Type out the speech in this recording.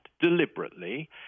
deliberately